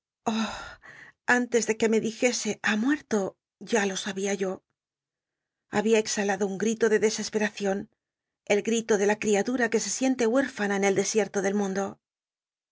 antes de que me dijese ha mucrlo ya lo sa bia yo babia exhalado un grito de dcscspemcion el grito de la criatura que se siente huérfana en el de ierto del mlllldo